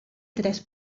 tres